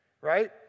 right